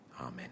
Amen